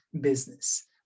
business